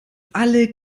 alle